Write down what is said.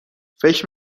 فکر